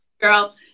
girl